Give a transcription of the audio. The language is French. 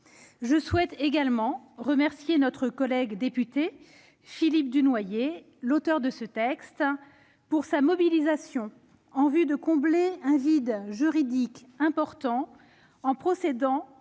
Je souhaite également remercier notre collègue député Philippe Dunoyer, auteur de ce texte, pour sa mobilisation en vue de combler un vide juridique important, en procédant